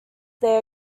their